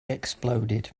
exploded